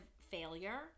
failure